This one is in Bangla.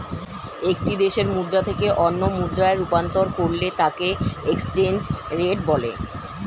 একটি দেশের মুদ্রা থেকে অন্য মুদ্রায় রূপান্তর করলে তাকেএক্সচেঞ্জ রেট বলে